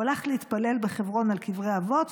הוא הלך להתפלל בחברון על קברי אבות,